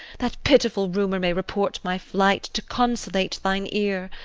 that pitiful rumour may report my flight to consolate thine ear.